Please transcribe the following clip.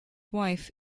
wife